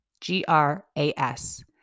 G-R-A-S